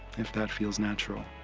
if that feels natural.